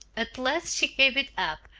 at last she gave it up,